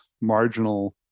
marginal